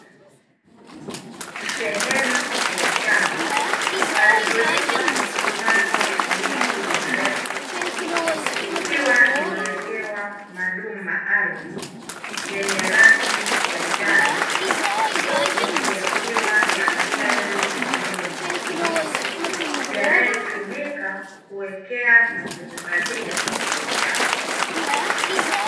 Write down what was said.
Sehemu ya shamba palipolimwa na kupandwa miti mirefu, ikiwa imewekewa madumu maalumu yenye rangi ya njano, huku yakiwa na matairi pamoja na mifuniko, yanayotumika kuwekea na kuhifadhia uchafu.